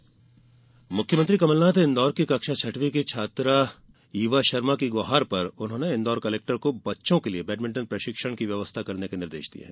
कमलनाथ छात्रा मुख्यमंत्री कमल नाथ ने इंदौर की कक्षा छठवीं की छात्रा ईवा शर्मा की गुहार पर इंदौर कलेक्टर को बच्चों के लिए बेडमिंटन प्रशिक्षण की व्यवस्था करने के निर्देश दिए हैं